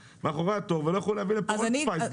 מאחורי התור ולא יוכלו להביא לכאן אולד ספייס.